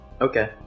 Okay